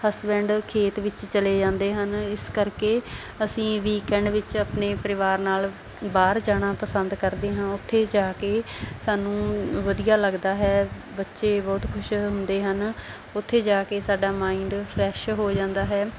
husband ਖੇਤ ਵਿੱਚ ਚਲੇ ਜਾਂਦੇ ਹਨ ਇਸ ਕਰਕੇ ਅਸੀਂ ਵੀਕਐਂਡ ਵਿੱਚ ਆਪਣੇ ਪਰਿਵਾਰ ਨਾਲ ਬਾਹਰ ਜਾਣਾ ਪਸੰਦ ਕਰਦੇ ਹਾਂ ਉੱਥੇ ਜਾ ਕੇ ਸਾਨੂੰ ਵਧੀਆ ਲੱਗਦਾ ਹੈ ਬੱਚੇ ਬਹੁਤ ਖੁਸ਼ ਹੁੰਦੇ ਹਨ ਉੱਥੇ ਜਾ ਕੇ ਸਾਡਾ ਮਾਇੰਡ ਫਰੈੱਸ਼ ਹੋ ਜਾਂਦਾ ਹੈ